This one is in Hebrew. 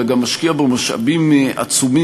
אלא גם משקיע בו משאבים עצומים